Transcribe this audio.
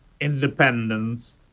independence